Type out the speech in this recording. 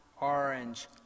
orange